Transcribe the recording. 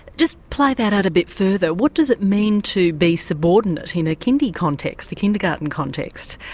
just play that out a bit further, what does it mean to be subordinate in a kindy context, the kindergarten context?